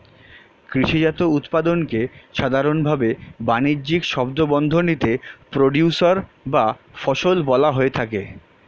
কৃষিজাত উৎপাদনকে সাধারনভাবে বানিজ্যিক শব্দবন্ধনীতে প্রোডিউসর বা ফসল বলা হয়ে থাকে